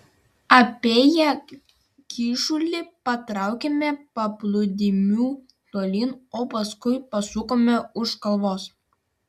apėję kyšulį patraukėme paplūdimiu tolyn o paskui pasukome už kalvos